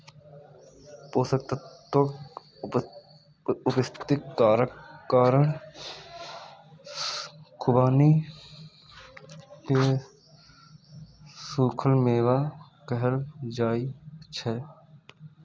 पोषक तत्वक उपस्थितिक कारण खुबानी कें सूखल मेवा कहल जाइ छै